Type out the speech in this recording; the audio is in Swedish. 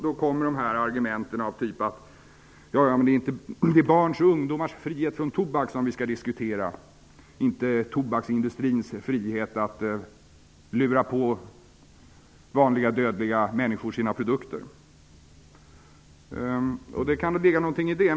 Då kommer argumenten av typ: Det är barns och ungdomars frihet från tobak som vi skall diskutera, inte tobaksindustrins frihet att lura på vanliga dödliga människor sina produkter. Det kan ligga något i det.